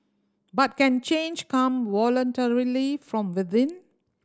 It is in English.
but can change come voluntarily from within